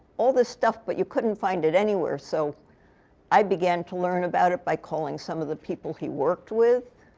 all this stuff. but you couldn't find it anywhere. so i began to learn about it by calling some of the people he worked with,